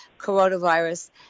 coronavirus